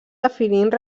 definint